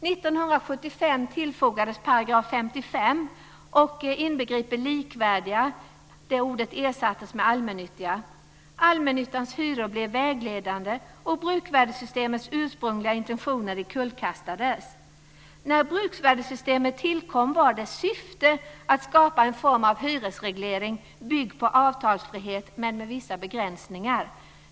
År 1975 tillfogades 55 § inbegripande detta med likvärdiga, men det ordet ersattes med "allmännyttiga". Allmännyttans hyror blev vägledande, och bruksvärdessystemets ursprungliga intentioner kullkastades. När bruksvärdessystemet tillkom var dess syfte att skapa en form av hyresreglering byggd på avtalsfrihet, men med vissa begränsningar.